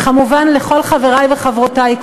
כמובן לכל חברי וחברותי,